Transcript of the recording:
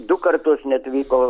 du kartus net vyko